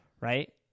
Right